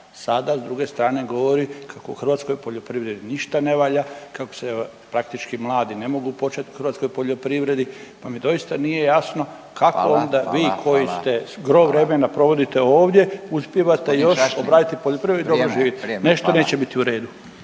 Sada s druge strane govori kako u hrvatskoj poljoprivredi ništa ne valja, kako se praktički mladi ne mogu počet u hrvatskoj poljoprivredi pa mi doista nije jasno …/Upadica Radin: Hvala./… kako onda vi koji ste gro vremena provodite ovdje uspijevate …/Upadica Radin: Gospodine Šašlin vrijeme./… još obraditi poljoprivredu i dobro živit. Nešto neće biti u redu.